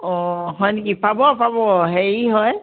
অঁ হয় নেকি পাব পাব হেৰি হয়